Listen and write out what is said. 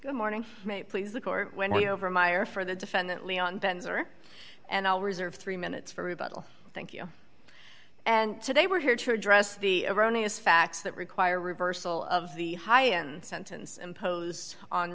good morning please the court when we over myer for the defendant leon benz are and i'll reserve three minutes for rebuttal thank you and today we're here to address the erroneous facts that require a reversal of the high end sentence imposed on